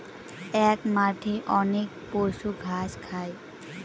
এক মাঠে অনেক পশু ঘাস খায়